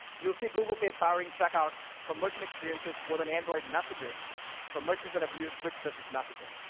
you'll see google pay powering checkout promotion experiences with and android messages former chants that have used rich business messaging.